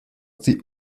die